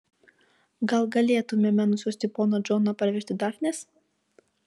gal galėtumėme nusiųsti poną džoną parvežti dafnės